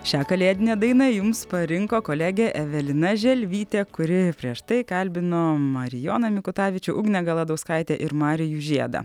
šią kalėdinę dainą jums parinko kolegė evelina želvytė kuri prieš tai kalbino marijoną mikutavičių ugnę galadauskaitę ir marijų žiedą